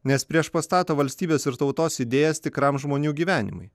nes priešpastato valstybės ir tautos idėjas tikram žmonių gyvenimui